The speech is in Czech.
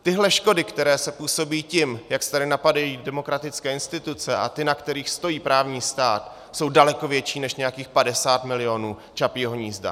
Tyhle škody, které se působí tím, jak se tady napadají demokratické instituce a ty, na kterých stojí právní stát, jsou daleko větší než nějakých 50 milionů Čapího hnízda.